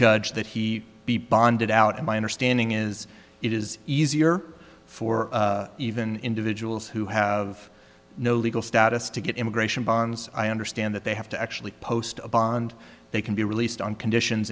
judge that he be bonded out and my understanding is it is easier for even individuals who have no legal status to get immigration bonds i understand that they have to actually post a bond they can be released on conditions